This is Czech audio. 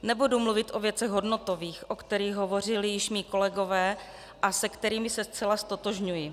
Nebudu mluvit o věcech hodnotových, o kterých hovořili již mí kolegové a se kterými se zcela ztotožňuji.